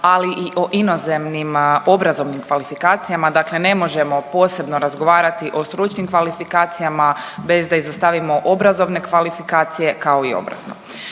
ali i o inozemnim obrazovnim kvalifikacijama, dakle ne možemo posebno razgovarati o stručnim kvalifikacijama bez da izostavimo obrazovne kvalifikacije, kao i obratno.